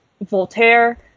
Voltaire